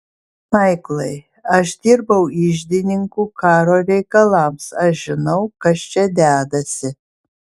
maiklai aš dirbau iždininku karo reikalams aš žinau kas čia dedasi